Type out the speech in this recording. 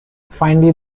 finally